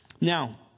Now